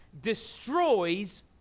destroys